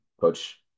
coach